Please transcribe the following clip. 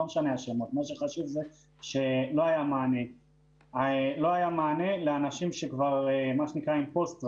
כי לא היה מענה לאנשים עם פוסט טראומה.